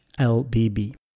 LBB